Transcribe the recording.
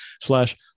slash